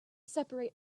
separate